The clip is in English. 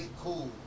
cool